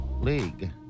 League